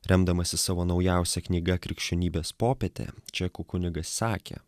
remdamasis savo naujausia knyga krikščionybės popietė čekų kunigas sakė